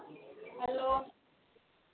hello